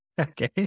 Okay